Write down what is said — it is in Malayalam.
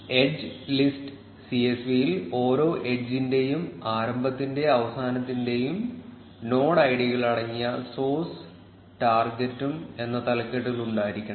എഡ്ജ് ലിസ്റ്റ് സിഎസ്വിയിൽ ഓരോ എഡ്ജിന്റെയും ആരംഭത്തിന്റെയും അവസാനത്തിന്റെയും നോഡ് ഐഡികൾ അടങ്ങിയ സോർസ് ടാർഗെറ്റും എന്ന തലക്കെട്ടുകൾ ഉണ്ടായിരിക്കണം